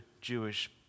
Jewish